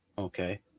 Okay